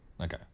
okay